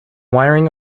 wiring